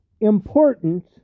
important